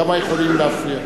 כמה יכולים להפריע?